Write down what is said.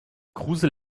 kruse